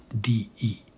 D-E